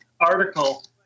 article